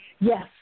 Yes